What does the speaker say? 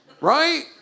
Right